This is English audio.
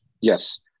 Yes